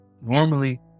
normally